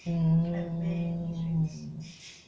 mm